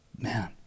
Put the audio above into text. man